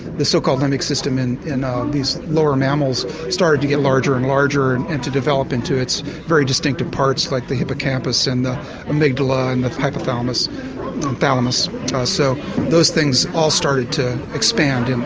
the so-called limbic system in in these lower mammals started to get larger and larger and and to develop into its very distinctive parts like the hippocampus and the amygdala and the hypothalamus hypothalamus so those things all started. to expand